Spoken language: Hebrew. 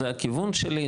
זה הכיוון שלי,